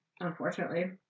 unfortunately